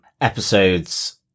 episodes